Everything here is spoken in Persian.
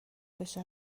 بشه